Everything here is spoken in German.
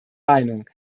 meinung